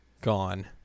Gone